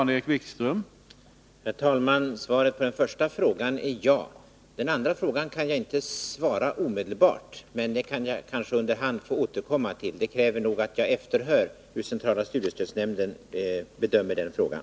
Herr talman! Svaret på den första frågan är ja. Den andra frågan kan jag inte svara på omedelbart, men jag kanske under hand kan få återkomma till den. Det kräver att jag efterhör hur centrala studiestödsnämnden bedömer den frågan.